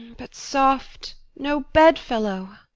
but, soft! no bedfellow.